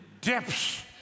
depths